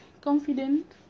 confident